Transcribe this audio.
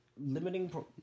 limiting